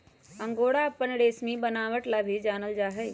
angora अपन रेशमी बनावट ला भी जानल जा हई